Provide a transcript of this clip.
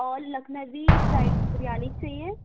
اور لکھنوی ٹائپ بریانی چاہیے